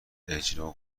اجرا